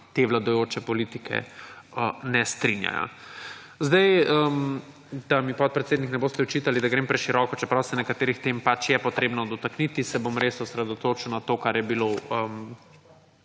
te vladajoče politike ne strinjajo. Da mi, podpredsednik, ne boste očitali, da grem preširoko, čeprav se nekaterih tem pač je treba dotakniti, se bom res osredotočil na to, kar je bilo